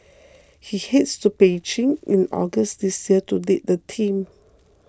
he heads to Beijing in August this year to lead the team